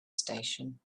station